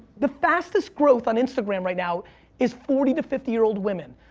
the fastest growth on instagram right now is forty to fifty year old women.